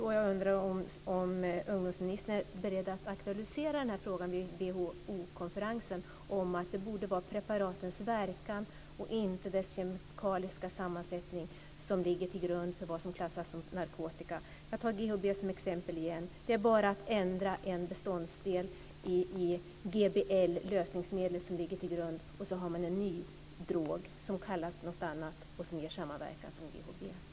Jag undrar om ungdomsministern är beredd att vid WHO-konferensen aktualisera frågan att det borde vara preparatens verkan och inte deras kemiska sammansättning som ska ligga till grund för vad som klassas som narkotika. Jag tar GHB som exempel igen. Det är bara att ändra en beståndsdel i GBL, lösningsmedlet som ligger till grund för preparatet, så har man en ny drog, som kallas något annat men som ger samma verkan som GHB.